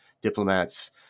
diplomats